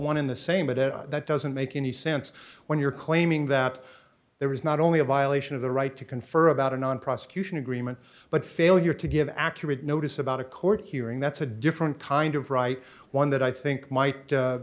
one in the same but it that doesn't make any sense when you're claiming that there is not only a violation of the right to confer about a non prosecution agreement but failure to give accurate notice about a court hearing that's a different kind of right one that i think might